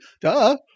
Duh